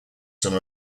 some